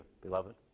beloved